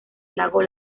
lago